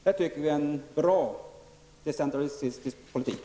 Det är en bra decentralistisk politik.